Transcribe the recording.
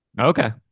Okay